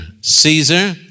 Caesar